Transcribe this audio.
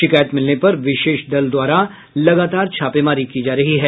शिकायत मिलने पर विशेष दलों द्वारा लगातार छापेमारी की जा रही है